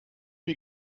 lui